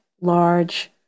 large